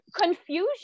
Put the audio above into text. confusion